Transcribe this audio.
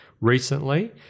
recently